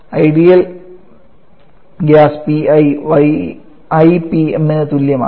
ideal gas ന് 𝑃𝑖 𝑦𝑖 𝑃𝑚 ന് തുല്യമാണ് ആണ്